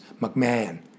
McMahon